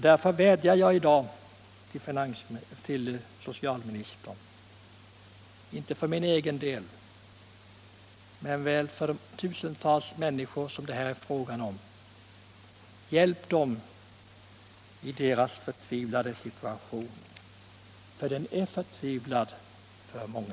Därför vädjar jag i dag till socialministern, inte för min egen del, men väl för de tusentals människor det här är fråga om: Hjälp dem i deras förtvivlade situation! För den är förtvivlad för många.